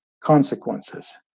consequences